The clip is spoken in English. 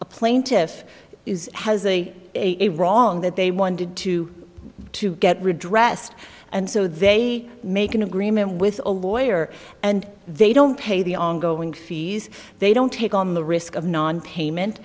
a plaintiff has a wrong that they wanted to to get rid dressed and so they make an agreement with a lawyer and they don't pay the ongoing fees they don't take on the risk of nonpayment